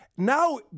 Now